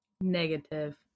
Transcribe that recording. Negative